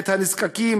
את הנזקקים,